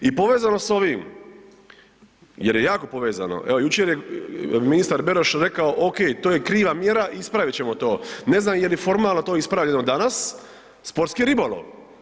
I povezano s ovim jer je jako povezano, evo jučer je ministar Beroš rekao ok, to je kriva mjera ispravit ćemo to, ne znam je li formalno to ispravljeno danas, sportski ribolov.